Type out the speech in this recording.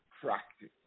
practice